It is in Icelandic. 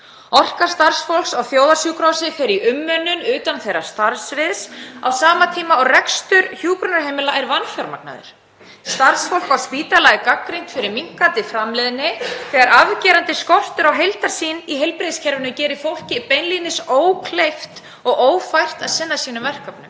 Orka starfsfólks á þjóðarsjúkrahúsinu fer í umönnun utan starfssviðs þess á sama tíma og rekstur hjúkrunarheimila er vanfjármagnaður. Starfsfólk á spítala er gagnrýnt fyrir minnkandi framleiðni þegar afgerandi skortur á heildarsýn í heilbrigðiskerfinu gerir fólki beinlínis ókleift og ófært að sinna sínum verkefnum.